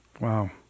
Wow